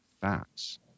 facts